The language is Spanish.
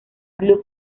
club